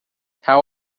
how